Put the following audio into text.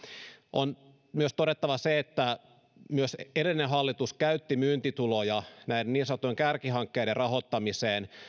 on myös todettava se että myös edellinen hallitus käytti myyntituloja näiden niin sanottujen kärkihankkeiden rahoittamiseen